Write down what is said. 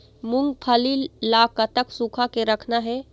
मूंगफली ला कतक सूखा के रखना हे?